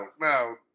no